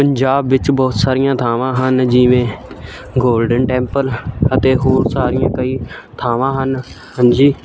ਪੰਜਾਬ ਵਿੱਚ ਬਹੁਤ ਸਾਰੀਆਂ ਥਾਵਾਂ ਹਨ ਜਿਵੇਂ ਗੌਲਡਨ ਟੈਂਪਲ ਅਤੇ ਹੋਰ ਸਾਰੀਆਂ ਕਈ ਥਾਵਾਂ ਹਨ ਹਾਂਜੀ